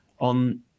on